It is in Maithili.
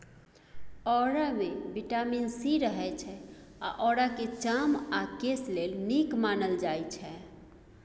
औरामे बिटामिन सी रहय छै आ औराकेँ चाम आ केस लेल नीक मानल जाइ छै